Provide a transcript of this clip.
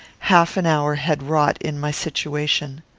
half an hour had wrought in my situation.